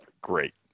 great